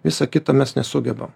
visą kita mes nesugebam